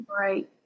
Right